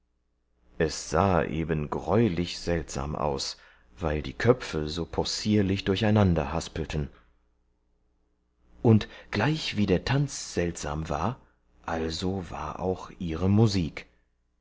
es sahe eben greulich seltsam aus weil die köpfe so possierlich durcheinander haspelten und gleichwie der tanz seltsam war also war auch ihre musik